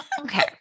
okay